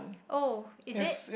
oh is it